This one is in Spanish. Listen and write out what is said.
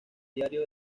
diario